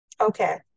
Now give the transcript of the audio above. okay